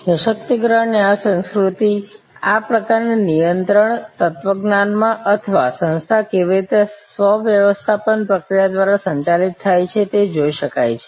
સશક્તિકરણની આ સંસ્કૃતિ આ પ્રકારની નિયંત્રણ તત્વજ્ઞાન માં અથવા સંસ્થા કેવી રીતે સ્વ વ્યવસ્થાપન પ્રક્રિયા દ્વારા સંચાલિત થાય છે તે જોઈ શકાય છે